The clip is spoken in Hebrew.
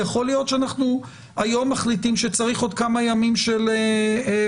יכול להיות שאנחנו היום מחליטים שצריך עוד כמה ימים של מחשבה.